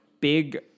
big